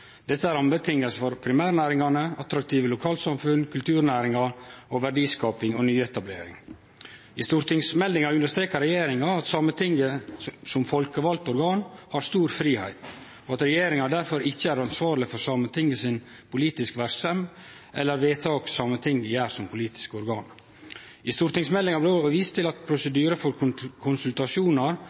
er rammevilkår for primærnæringane, attraktive lokalsamfunn, kulturnæringar og verdiskaping og nyetablering. I stortingsmeldinga understrekar regjeringa at Sametinget som folkevald organ har stor fridom, og at regjeringa difor ikkje er ansvarleg for Sametinget si politiske verksemd eller vedtak Sametinget gjer som politisk organ. I stortingsmeldinga blir det òg vist til at prosedyrar for konsultasjonar